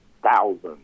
thousands